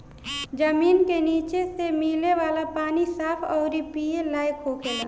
जमीन के निचे से मिले वाला पानी साफ अउरी पिए लायक होखेला